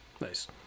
Nice